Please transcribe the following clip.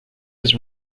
was